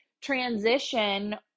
transition